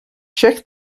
check